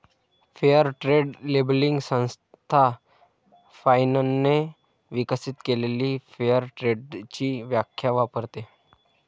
fair trade labelling संस्था फाइनने विकसित केलेली फेअर ट्रेडची व्याख्या वापरते